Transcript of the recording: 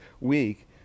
week